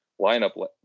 lineup